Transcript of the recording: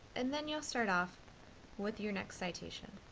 and then you'll start off with your next citation.